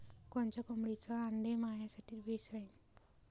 कोनच्या कोंबडीचं आंडे मायासाठी बेस राहीन?